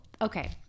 okay